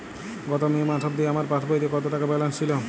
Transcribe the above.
গত মে মাস অবধি আমার পাসবইতে কত টাকা ব্যালেন্স ছিল?